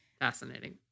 Fascinating